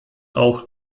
auch